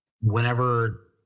whenever